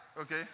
Okay